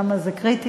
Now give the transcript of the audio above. כמה זה קריטי.